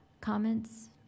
comments